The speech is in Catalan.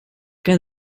que